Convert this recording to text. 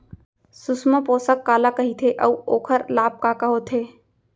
सुषमा पोसक काला कइथे अऊ ओखर लाभ का का होथे?